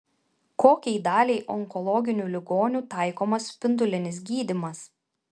kokiai daliai onkologinių ligonių taikomas spindulinis gydymas